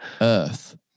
Earth